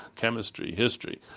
chemistry, history.